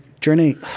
Journey